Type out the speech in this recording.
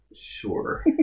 Sure